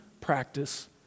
practice